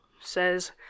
says